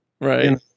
Right